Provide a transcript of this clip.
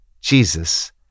Jesus